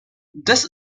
this